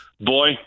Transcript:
Boy